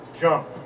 jump